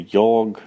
jag